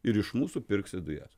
ir iš mūsų pirksit dujas